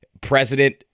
president